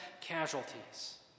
casualties